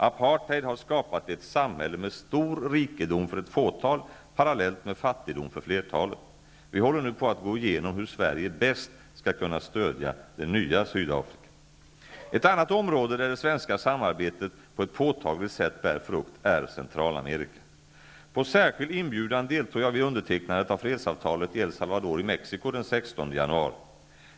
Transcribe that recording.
Apartheid har skapat ett samhälle med stor rikedom för ett fåtal, parallellt med fattigdom för flertalet. Vi håller nu på att gå igenom hur Sverige bäst skall kunna stödja det nya Sydafrika. Ett annat område där det svenska samarbetet på ett påtagligt sätt bär frukt är Centralamerika. På särskild inbjudan deltog jag vid undertecknandet av fredsavtalet i El Salvador i Mexico den 16 januari.